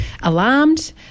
alarmed